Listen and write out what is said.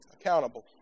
accountable